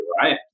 Right